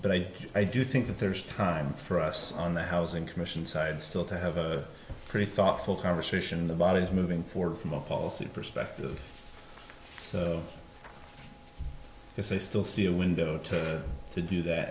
but i i do think that there's time for us on the housing commission side still to have a pretty thoughtful conversation in the bodies moving forward from a policy perspective yes i still see a window to to do that